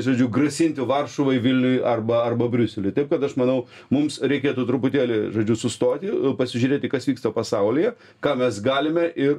žodžiu grasinti varšuvai vilniui arba arba briuseliui taip kad aš manau mums reikėtų truputėlį žodžiu sustoti pasižiūrėti kas vyksta pasaulyje ką mes galime ir